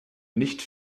nicht